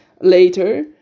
later